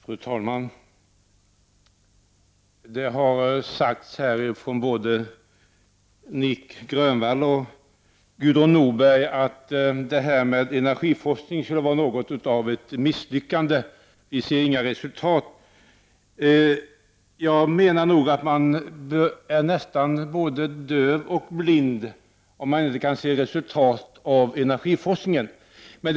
Fru talman! Det har sagts av både Nic Grönvall och Gudrun Norberg att energiforskningen skulle vara något av ett misslyckande; vi skulle nämligen inte se några resultat. Jag menar att man nog är både döv och blind om man inte kan se resultat av energiforskningen.